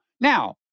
now